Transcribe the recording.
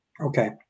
Okay